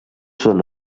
són